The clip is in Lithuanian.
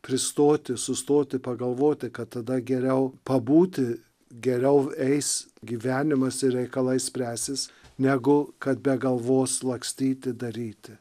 pristoti sustoti pagalvoti kad tada geriau pabūti geriau eis gyvenimas ir reikalai spręsis negu kad be galvos lakstyti daryti